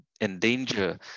endanger